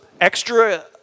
extra